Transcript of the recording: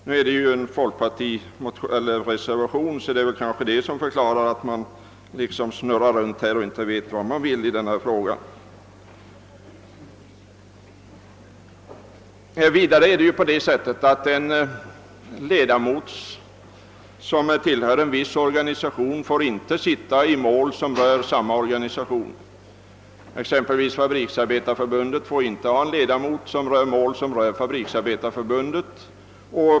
Nu är det ju en folkpartireservation, och det kanske förklarar att man snurrar runt och inte vet vad man vill. En ledamot av arbetsdomstolen som tillhör en viss organisation får inte sitta i mål som rör denna organisation. Fabriksarbetareförbundet får exempelvis inte ha en ledamot med i mål som rör Fabriksarbetareförbundet.